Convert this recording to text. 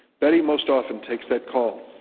betty most often takes that call.